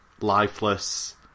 lifeless